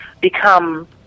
become